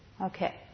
Okay